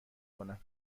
کنم